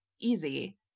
easy